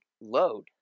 load